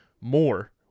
more